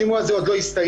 השימוע הזה עוד לא הסתיים.